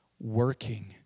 working